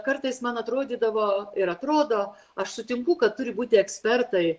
kartais man atrodydavo ir atrodo aš sutinku kad turi būti ekspertai